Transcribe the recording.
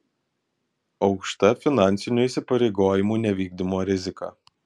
aukšta finansinių įsipareigojimų nevykdymo rizika